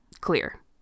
clear